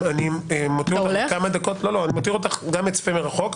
אני אצפה מרחוק.